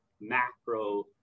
macro